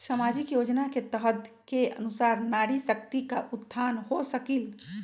सामाजिक योजना के तहत के अनुशार नारी शकति का उत्थान हो सकील?